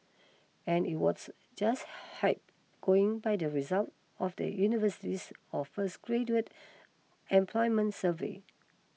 and it whats just hype going by the result of the university's of first graduate employment survey